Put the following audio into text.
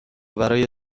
برای